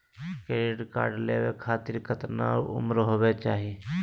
Credit card लेवे खातीर कतना उम्र होवे चाही?